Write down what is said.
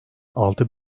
altı